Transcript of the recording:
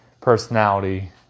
personality